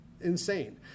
insane